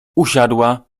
usiadła